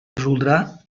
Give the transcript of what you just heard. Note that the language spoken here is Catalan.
resoldrà